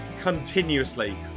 continuously